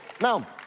Now